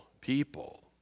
people